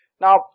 Now